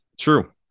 True